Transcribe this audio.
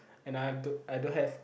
and I've don't I don't have